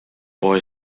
boy